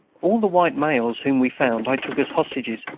all the white males whom we found i took as hostages,